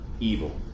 evil